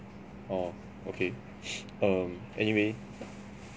orh okay um anyway